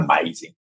amazing